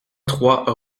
trois